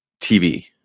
TV